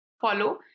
follow